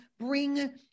bring